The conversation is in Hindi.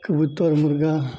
कबूतर मुर्गा